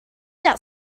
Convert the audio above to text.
that